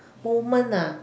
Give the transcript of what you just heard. moment ah